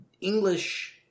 English